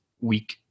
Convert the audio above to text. week